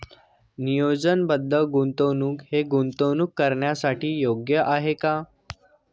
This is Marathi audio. नियोजनबद्ध गुंतवणूक हे गुंतवणूक करण्यासाठी योग्य आहे का?